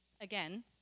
again